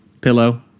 pillow